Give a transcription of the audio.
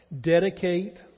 Dedicate